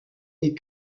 des